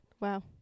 Wow